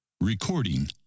Recording